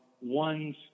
ones